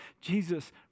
Jesus